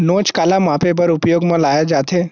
नोच काला मापे बर उपयोग म लाये जाथे?